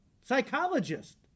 psychologist